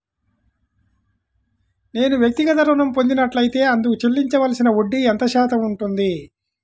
నేను వ్యక్తిగత ఋణం పొందినట్లైతే అందుకు చెల్లించవలసిన వడ్డీ ఎంత శాతం ఉంటుంది?